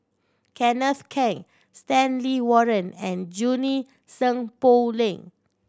Kenneth Keng Stanley Warren and Junie Sng Poh Leng